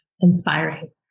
inspiring